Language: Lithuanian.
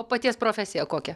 o paties profesija kokia